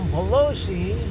Pelosi